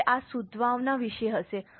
હવે આ સદ્ભાવના વિશે છે